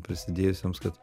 prisidėjusiems kad